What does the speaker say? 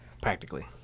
Practically